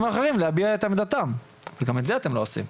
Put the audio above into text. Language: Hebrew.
האחרים על מנת שיביעו את עמדתם וגם את זה אתם לא עושים.